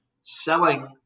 selling